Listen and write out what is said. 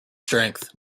strength